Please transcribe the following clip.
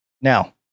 Now